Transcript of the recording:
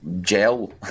gel